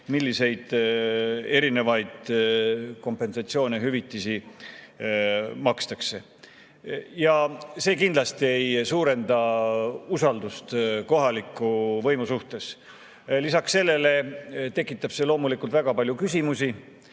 milliseid erinevaid kompensatsioone-hüvitisi makstakse. See kindlasti ei suurenda usaldust kohaliku võimu vastu. Lisaks sellele tekitab see loomulikult väga palju küsimusi.